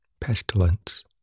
pestilence